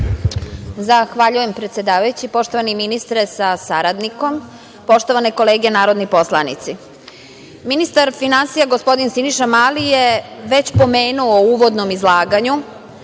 Zahvaljujem, predsedavajući. Poštovani ministre sa saradnikom, poštovane kolege narodni poslanici, ministar finansija, gospodin Siniša Mali, je već pomenuo u uvodnom izlaganju